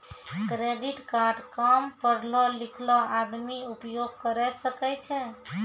Credit card काम पढलो लिखलो आदमी उपयोग करे सकय छै?